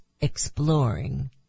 exploring